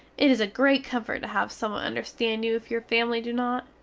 it is a grate comfort to have someone understand you if your family do not.